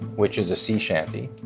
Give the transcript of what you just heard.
which is a sea shanty.